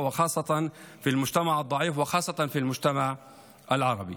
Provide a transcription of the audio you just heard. ובייחוד בחברה החלשה בחברה הערבית.